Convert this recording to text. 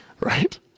right